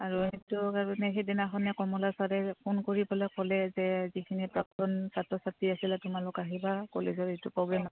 আৰু সেইটো কাৰণে সেইদিনাখনে কমলা চাৰে ফোন কৰি পেলাই ক'লে যে যিখিনি প্ৰাক্তন ছাত্ৰ ছাত্ৰী আছিলে তোমালোক আহিবা কলেজৰ এইটো প্ৰগ্ৰেম আ